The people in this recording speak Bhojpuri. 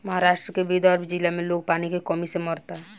महाराष्ट्र के विदर्भ जिला में लोग पानी के कमी से मरता